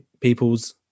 people's